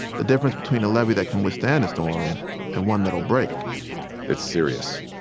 the difference between a levee that can withstand a storm and one that'll break it's serious.